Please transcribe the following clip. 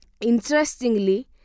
Interestingly